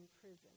prison